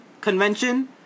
convention